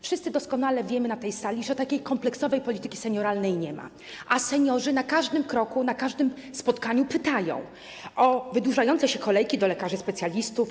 Wszyscy doskonale wiemy na tej sali, że takiej kompleksowej polityki senioralnej nie ma, a seniorzy na każdym kroku, na każdym spotkaniu pytają o wydłużające się kolejki do lekarzy specjalistów.